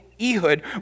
Ehud